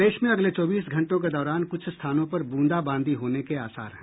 प्रदेश में अगले चौबीस घंटों के दौरान कुछ स्थानों पर बूंदाबांदी होने के आसार हैं